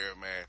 man